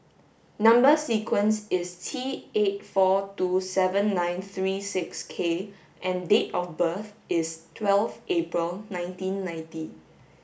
number sequence is T eight four two seven nine three six K and date of birth is twelve April nineteen ninty